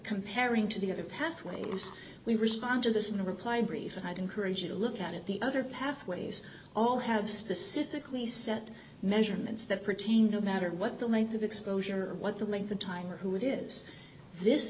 comparing to the other pathway we respond to this in a reply brief and i'd encourage you to look at it the other pathways all have specifically set measurements that pertain no matter what the length of exposure or what the length of time or who it is this